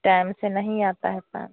time से नहीं आता है पानी